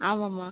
ஆமாம்மா